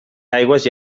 aigües